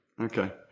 Okay